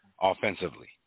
offensively